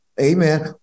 amen